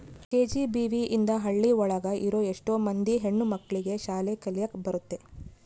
KGBV ಇಂದ ಹಳ್ಳಿ ಒಳಗ ಇರೋ ಎಷ್ಟೋ ಮಂದಿ ಹೆಣ್ಣು ಮಕ್ಳಿಗೆ ಶಾಲೆ ಕಲಿಯಕ್ ಬರುತ್ತೆ